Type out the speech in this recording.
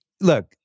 Look